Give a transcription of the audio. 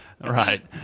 right